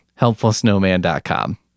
helpfulsnowman.com